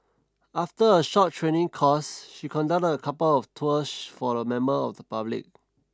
after a short training course she conducted a couple of tours for a member of the public